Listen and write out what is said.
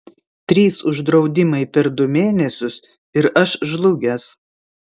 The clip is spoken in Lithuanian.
trys uždraudimai per du mėnesius ir aš žlugęs